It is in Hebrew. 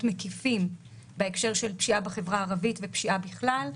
מקיפים בהקשר של פשיעה בחברה הערבית ופשיעה בכלל,